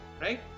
right